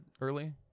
early